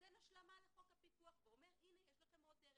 ונותן השלמה לחוק הפיקוח ונון עוד דרך.